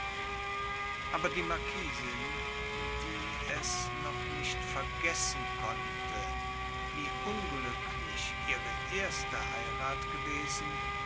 aber die marquisin die es noch nicht vergessen konnte wie unglücklich ihre erste heirat gewesen